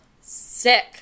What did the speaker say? Sick